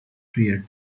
prior